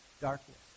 Darkness